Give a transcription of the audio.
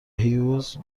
هیوز